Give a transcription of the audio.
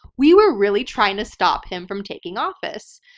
we were really trying to stop him from taking office,